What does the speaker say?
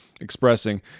expressing